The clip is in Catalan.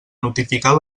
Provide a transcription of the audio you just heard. notificar